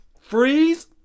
freeze